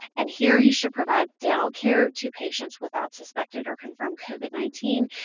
and here you should provide dental care to patients without suspected or confirmed covid nineteen,